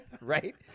right